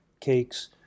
cakes